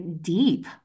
deep